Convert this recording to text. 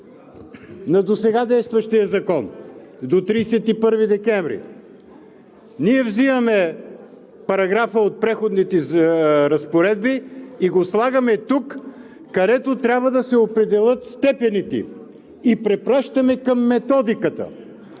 на досега действащия закон – до 31 декември. Ние взимаме параграфа от Преходните разпоредби и го слагаме тук, където трябва да се определят степените. И препращаме към Методиката.